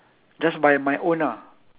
just by my own ah